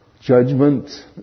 Judgment